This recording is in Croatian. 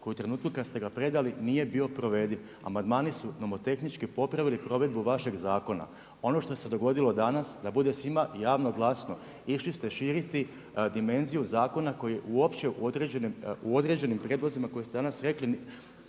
u trenutku kad ste ga predali nije bio provediv. Amandmani su nomotehnički popravili provedbu vašeg zakona. Ono što se dogodilo danas, da bude svima javno, glasno, išli ste širiti dimenziju zakona koja je uopće određenim prijelazima koji ste danas rekli,